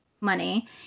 money